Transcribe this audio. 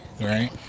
right